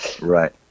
Right